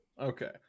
Okay